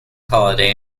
holiday